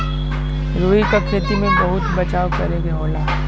रुई क खेती में बहुत बचाव करे के होला